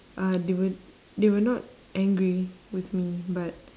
uh they were they were not angry with me but